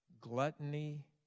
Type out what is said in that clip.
gluttony